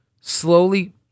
slowly